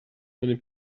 many